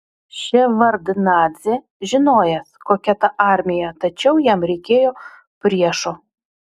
ševardnadzė žinojęs kokia ta armija tačiau jam reikėjo priešo